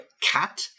cat